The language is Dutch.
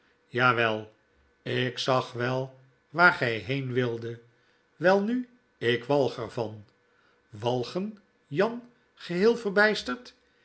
wel ik zag wel waar gg heen wildet welnu ik walg er van walgen jan geheel verbysterd